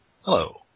Hello